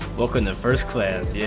open the first class yeah